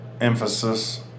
emphasis